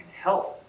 health